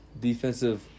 defensive